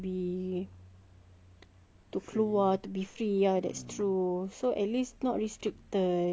keluar to be free ya that's true so at least not restricted but now with COVID I think